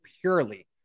purely